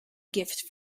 gift